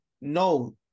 no